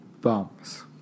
bombs